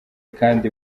kandi